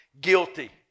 guilty